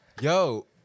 yo